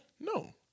No